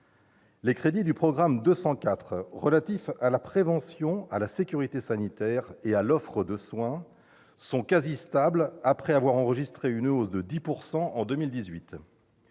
Les crédits du programme 204 relatifs à la prévention, la sécurité sanitaire et l'offre de soins sont quasi stables après avoir enregistré une hausse de 10 % en 2018.